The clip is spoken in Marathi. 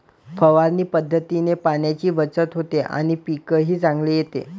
फवारणी पद्धतीने पाण्याची बचत होते आणि पीकही चांगले येते